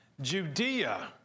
Judea